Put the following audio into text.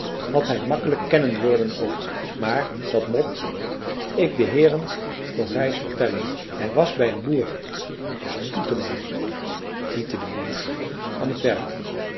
had hij makkelijk kennen worden ook maar dat mot ik de heeren toch reis vertellen hij was bij een boer stoetema hiette de boer an t werk